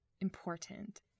important